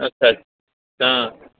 ଆଚ୍ଛା ଆଚ୍ଛା ହଁ